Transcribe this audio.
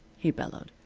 he bellowed,